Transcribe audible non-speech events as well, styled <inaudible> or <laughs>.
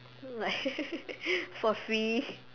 like <laughs> for free